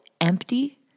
empty